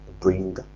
bring